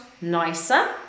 nicer